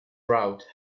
route